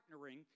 partnering